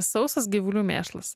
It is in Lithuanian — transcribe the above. sausas gyvulių mėšlas